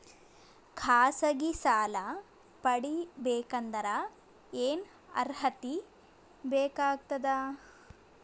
ಖಾಸಗಿ ಸಾಲ ಪಡಿಬೇಕಂದರ ಏನ್ ಅರ್ಹತಿ ಬೇಕಾಗತದ?